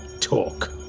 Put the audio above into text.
Talk